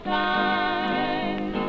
time